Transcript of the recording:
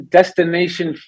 Destination